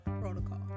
Protocol